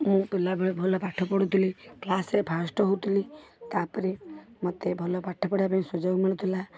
ମୁଁ ପିଲାବେଳେ ଭଲ ପାଠ ପଢ଼ୁଥିଲି କ୍ଲାସରେ ଫାଷ୍ଟ ହଉଥିଲି ତାପରେ ମତେ ଭଲ ପାଠ ପଢ଼ିବା ପାଇଁ ସୁଯୋଗ ମିଳୁଥିଲା